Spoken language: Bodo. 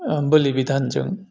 बोलि बिधानजों